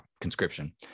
conscription